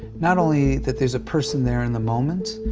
not only that there's a person there in the moment,